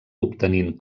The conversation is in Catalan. obtenint